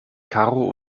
karo